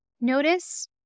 Notice